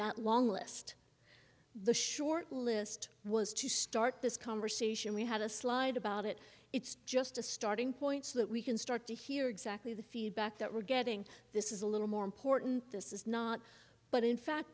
that long list the short list was to start this conversation we had a slide about it it's just a starting point so that we can start to hear exactly the feedback that we're getting this is a little more important this is not but in fact